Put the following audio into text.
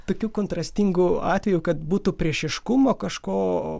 tokiu kontrastingu atveju kad būtų priešiškumo kažko